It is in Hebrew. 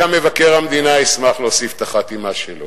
גם מבקר המדינה ישמח להוסיף את החתימה שלו.